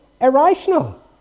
irrational